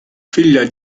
figlia